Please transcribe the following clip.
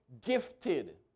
gifted